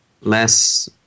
Less